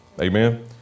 Amen